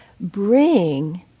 bring